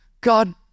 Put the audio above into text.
God